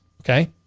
okay